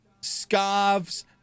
scarves